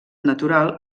natural